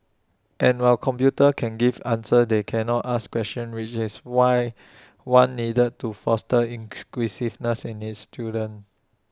and while computers can give answers they cannot ask questions which is why one needed to foster in in students